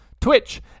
Twitch